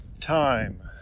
time